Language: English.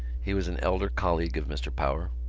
he was an elder colleague of mr. power.